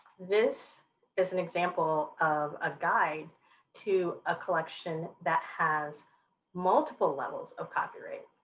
this is an example of a guide to a collection that has multiple levels of copyright,